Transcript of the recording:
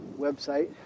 website